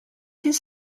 his